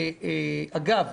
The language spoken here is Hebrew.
אגב,